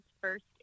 first